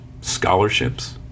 Scholarships